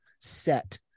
set